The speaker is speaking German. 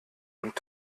und